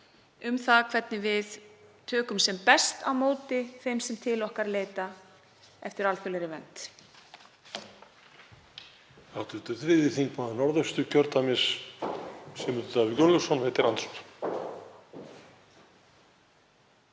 um það hvernig við tökum sem best á móti þeim sem til okkar leita eftir alþjóðlegri vernd.